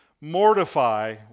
Mortify